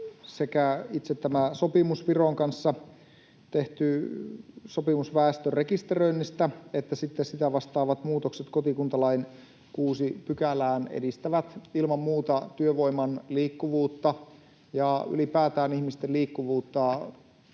Sekä itse tämä Viron kanssa tehty sopimus väestön rekisteröinnistä että sitä vastaavat muutokset kotikuntalain 6 §:ään edistävät ilman muuta työvoiman liikkuvuutta ja ylipäätään ihmisten liikkuvuutta